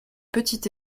petit